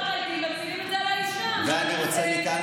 תדבר על נשות משרתי הקבע.